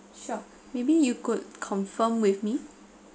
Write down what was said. sure maybe you could confirm with me